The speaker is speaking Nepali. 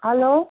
हेलो